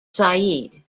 said